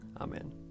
Amen